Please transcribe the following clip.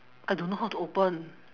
I don't know how to open